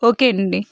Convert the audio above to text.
ఓకేనండి